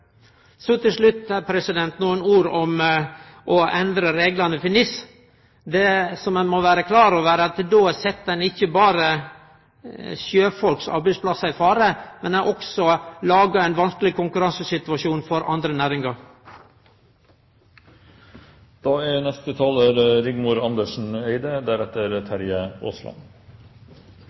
Så til slutt nokre ord om det å endre reglane for NIS. Det som ein må vere klar over, er at då set ein ikkje berre sjøfolks arbeidsplassar i fare, men ein har også laga ein vanskeleg konkurransesituasjon for andre næringar.